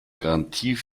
garantie